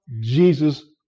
Jesus